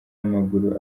w’amaguru